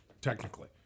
technically